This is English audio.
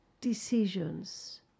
decisions